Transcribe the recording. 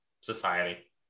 society